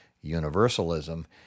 universalism